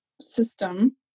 system